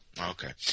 okay